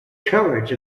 courage